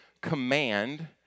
command